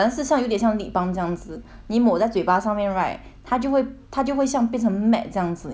你抹在嘴巴上面 right 他就会他就会像变成 matte 这样子你知道吗就他不会粘杯